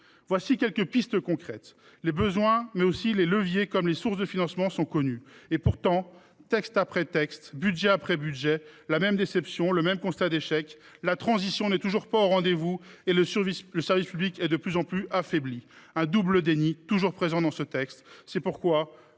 Voilà quelques pistes concrètes. Les besoins, mais aussi les leviers, comme les sources de financement, sont connus de tous. Pourtant, texte après texte, budget après budget, la même déception, le même constat d’échec se font jour : la transition n’est toujours pas au rendez vous et le service public est de plus en plus affaibli. Le double déni est toujours présent. C’est